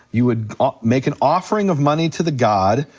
you would um make an offering of money to the god,